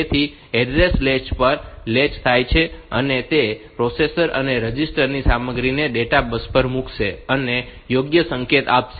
તેથી address latch પર latch થાય છે અને તે પછી પ્રોસેસર રજિસ્ટર ની સામગ્રીને ડેટા બસ પર મૂકશે અને યોગ્ય સંકેત આપશે